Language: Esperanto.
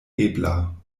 ebla